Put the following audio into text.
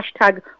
hashtag